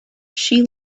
she